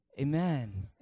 amen